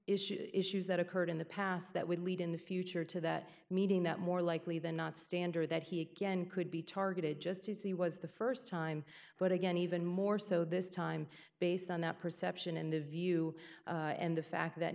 issues issues that occurred in the past that would lead in the future to that meeting that more likely than not standard that he again could be targeted just to see was the st time but again even more so this time based on that perception in the view and the fact that